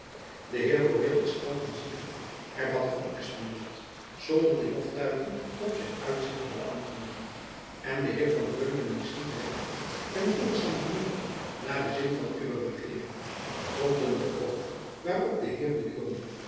de heer boreel is oud en ziekelijk hervatte van espenblad zonder die loftuiting op zijn uitzicht te beantwoorden en de heer van beuningen is niet rekkelijk en volgzaam genoeg naar den zin van uwe regeering gronden te over waarop de heer de